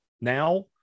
now